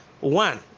one